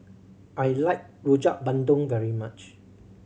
I like Rojak Bandung very much